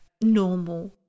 normal